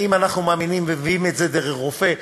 אם אנחנו מאמינים ומביאים את זה דרך רופא,